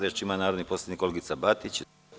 Reč ima narodna poslanica Olgica Batić.